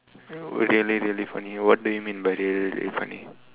really really really funny what do you mean by really really funny